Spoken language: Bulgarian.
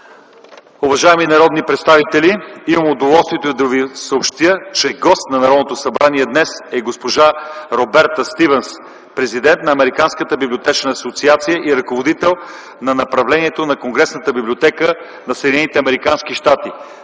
Уважаеми народни представители, имам удоволствието да ви съобщя, че гост на Народното събрание днес е госпожа Роберта Стивънс – президент на Американската библиотечна асоциация и ръководител на Направлението на Конгресната библиотека на